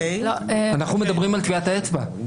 אנחנו מדברים על טביעת האצבע.